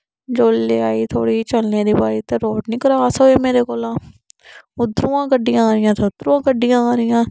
जेल्ले आई थोह्ड़ी चलने दी बारी ते रोड निं क्रास होए मेरे कोलां उत्थुआं गड्डियां आ दियां ता उत्थुआं गड्डियां आ दियां